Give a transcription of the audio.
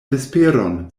vesperon